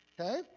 Okay